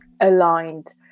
aligned